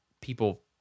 people